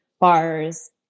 bars